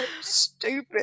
stupid